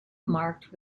marked